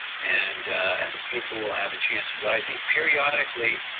and and the people will have a chance to. but i think periodically,